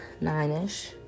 nine-ish